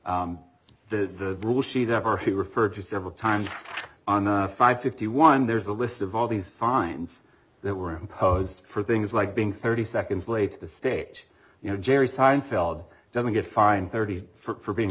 there the rule sheet ever who referred to several times on the five fifty one there's a list of all these fines that were imposed for things like being thirty seconds late to the stage you know jerry seinfeld doesn't get fined thirty for being